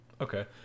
Okay